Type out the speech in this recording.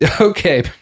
okay